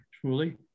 truly